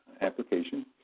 application